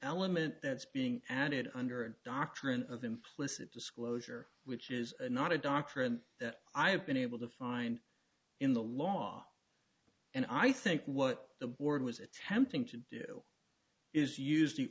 element that's being added under a doctrine of implicit disclosure which is not a doctrine that i have been able to find in the law and i think what the board was attempting to do is use the